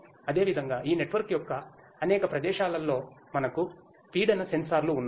అదేవిధంగా ఈ నెట్వర్క్ యొక్క అనేక ప్రదేశాలలో మనకు పీడన సెన్సార్లు ఉన్నాయి